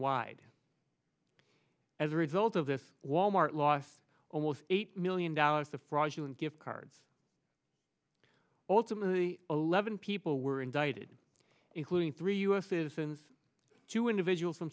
wide as a result of this wal mart lost almost eight million dollars of fraudulent gift cards ultimately eleven people were indicted including three u s citizens two individuals from